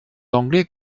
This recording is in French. anglais